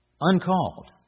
uncalled